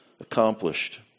accomplished